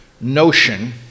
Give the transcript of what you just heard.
notion